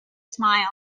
smile